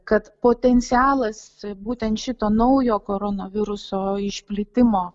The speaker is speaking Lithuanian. kad potencialas būtent šito naujo koronaviruso išplitimo